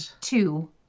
two